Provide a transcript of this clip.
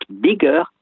bigger